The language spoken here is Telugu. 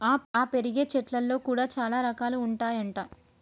ఆ పెరిగే చెట్లల్లో కూడా చాల రకాలు ఉంటాయి అంట